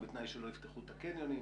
ובתנאי שלא יפתחו את הקניונים.